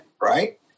Right